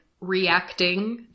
reacting